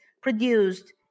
produced